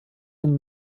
dem